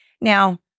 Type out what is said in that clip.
Now